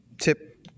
tip